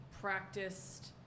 practiced